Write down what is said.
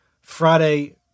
Friday